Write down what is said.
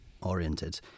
oriented